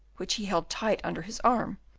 which he held tight under his arm,